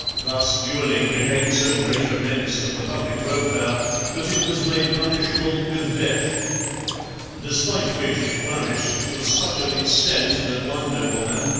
thus duelling became so great a menace to the public welfare that it was made punishable with death despite which it flourished to such an extent that one nobleman,